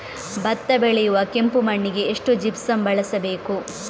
ಭತ್ತ ಬೆಳೆಯುವ ಕೆಂಪು ಮಣ್ಣಿಗೆ ಎಷ್ಟು ಜಿಪ್ಸಮ್ ಬಳಸಬೇಕು?